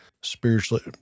spiritually